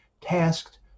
tasked